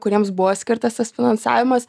kuriems buvo skirtas tas finansavimas